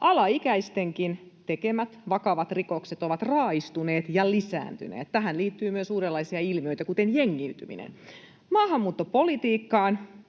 Alaikäistenkin tekemät vakavat rikokset ovat raaistuneet ja lisääntyneet. Tähän liittyy myös uudenlaisia ilmiöitä, kuten jengiytyminen. Maahanmuuttopolitiikka